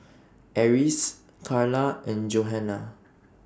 Eris Carla and Johannah